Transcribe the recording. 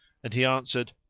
and he answered,